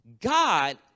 God